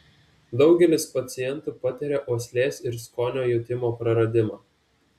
daugelis pacientų patiria uoslės ir skonio jutimo praradimą